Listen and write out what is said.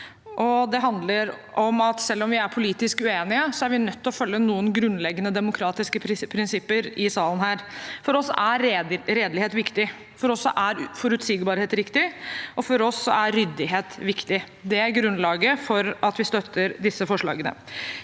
det handler om at selv om vi er politisk uenige, er vi nødt til å følge noen grunnleggende demokratiske prinsipper i salen her. For oss er redelighet viktig, for oss er forutsigbarhet viktig, og for oss er ryddighet viktig. Det er grunnlaget for at vi støtter disse forslagene.